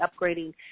upgrading